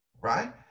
right